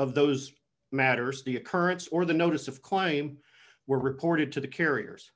of those matters the occurrence or the notice of claim were reported to the carriers